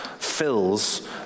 fills